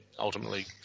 Ultimately